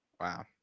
Wow